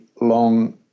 long